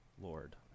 Lord